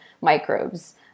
microbes